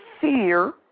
fear